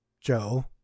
Joe